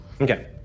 Okay